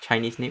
chinese new